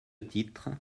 titre